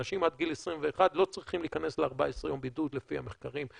אנשים עד גיל 21 לא צריכים להיכנס ל-14 יום בידוד לפי המחקרים,